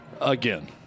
again